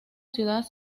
ciudad